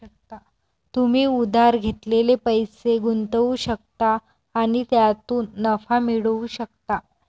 तुम्ही उधार घेतलेले पैसे गुंतवू शकता आणि त्यातून नफा मिळवू शकता